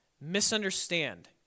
misunderstand